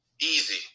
Easy